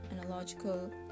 analogical